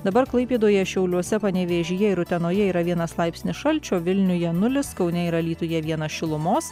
dabar klaipėdoje šiauliuose panevėžyje ir utenoje yra vienas laipsnis šalčio vilniuje nulis kaune ir alytuje vienas šilumos